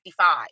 55